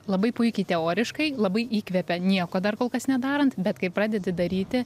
labai puikiai teoriškai labai įkvepia nieko dar kol kas nedarant bet kai pradedi daryti